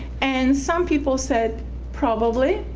and some people said probably,